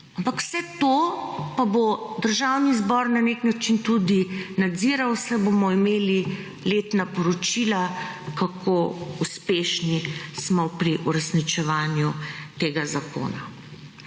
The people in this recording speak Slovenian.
Ampak vse to pa bo Državni zbor na nek način tudi nadziral, saj bomo imeli letna poročila kako uspešni smo pri uresničevanju tega zakona.